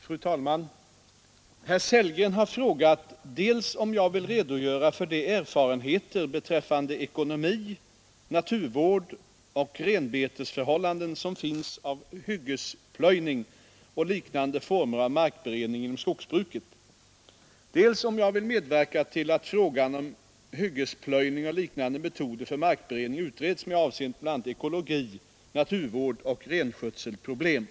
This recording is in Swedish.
Fru talman! Herr Sellgren har frågat mig dels om jag vill redogöra för de erfarenheter beträffande ekonomi, naturvård och renbetesförhållanden som finns av hyggesplöjning och liknande former av markberedning inom skogsbruket, dels om jag vill medverka till att frågan om hyggesplöjning eller liknande metoder för markberedning utreds med avseende på bl.a. ekologi, naturvård och renskötselproblem.